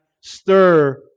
stir